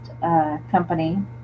company